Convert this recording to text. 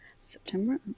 September